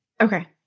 Okay